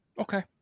Okay